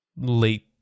late